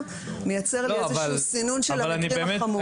מייצר לי איזשהו סינון של המקרים החמורים.